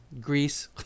Greece